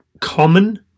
common